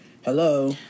hello